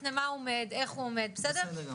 זה בדיוק הסעיף הזה.